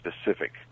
specific